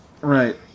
Right